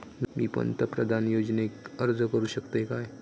मी पंतप्रधान योजनेक अर्ज करू शकतय काय?